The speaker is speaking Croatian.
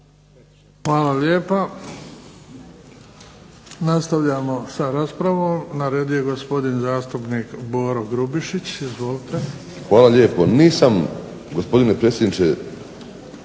Hvala lijepa. Nastavljamo sa raspravom, na redu je gospodin zastupnik Boro Grubišić. Izvolite. **Grubišić, Boro (HDSSB)** Hvala lijepo. Nisam gospodine predsjedniče